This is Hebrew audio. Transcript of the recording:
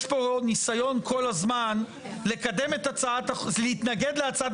יש פה ניסיון כל הזמן להתנגד להצעת